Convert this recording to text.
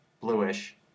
bluish